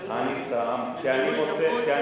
אני שם כי אני רוצה,